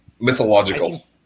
mythological